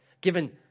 given